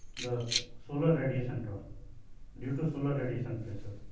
the solar radiation torque due to solar radiation